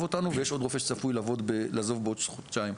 אותנו ויש עוד רופא שצפוי לעזוב בעוד חודשיים.